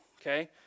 Okay